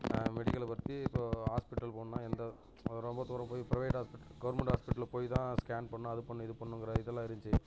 மெடிக்கலை பற்றி இப்போது ஹாஸ்பிட்டல் போகணுனா எந்த ரொம்ப தூரம் போய் பிரைவேட் ஹாஸ்பிட்டல் கவர்மெண்ட் ஹாஸ்பிட்டல் போய் தான் ஸ்கேன் பண்ணணும் அது பண்ணணும் இது பண்ணுங்கிற இதெல்லாம் இருந்துச்சு